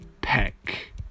peck